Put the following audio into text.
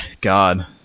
god